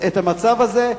את המצב הזה,